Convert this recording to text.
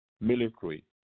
military